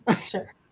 Sure